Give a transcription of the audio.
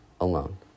alone